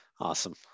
Awesome